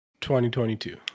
2022